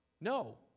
No